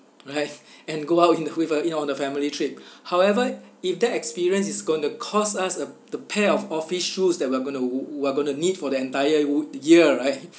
alright and go out in the with the you know on the family trip however if that experience is going to cost us uh the pair of office shoes that we're gonna w~ we're gonna need for the entire year right